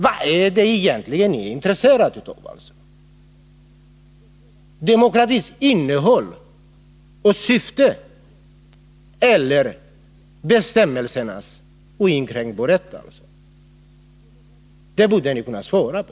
Vad är ni egentligen intresserade av: demokratins innehåll och syfte eller bestämmelsernas oinskränkbarhet? Det borde ni kunna svara på.